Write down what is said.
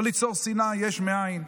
לא ליצור שנאה יש מאין.